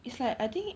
it's like I think